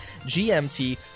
GMT